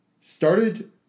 started